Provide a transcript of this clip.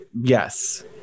Yes